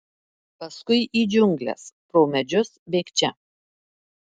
paskui į džiungles pro medžius bėgčia